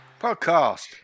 Podcast